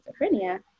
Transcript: schizophrenia